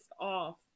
off